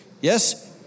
Yes